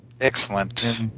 Excellent